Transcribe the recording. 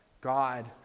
God